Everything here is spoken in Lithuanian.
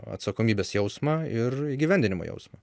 atsakomybės jausmą ir įgyvendinimo jausmą